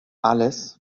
alles